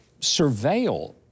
surveil